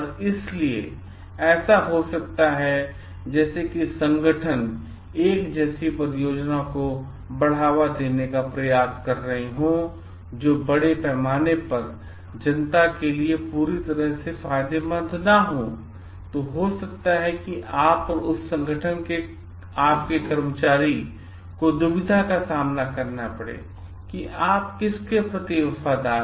इसलिए ऐसा हो सकता है जैसे कि संगठन एक ऐसी परियोजना को बढ़ावा देने का प्रयास कर रहे हों जो बड़े पैमाने पर जनता के लिए पूरी तरह से फायदेमंद न हो तो हो सकता है कि आप और उस संगठन के आपके कर्मचारी को दुविधा का सामना करना पड़े कि आप किसके प्रति वफादार है